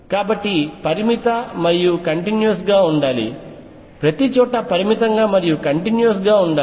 కాబట్టి పరిమిత మరియు కంటిన్యూస్గా ఉండాలి ప్రతిచోటా పరిమితంగా మరియుకంటిన్యూస్గా ఉండాలి